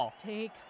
Take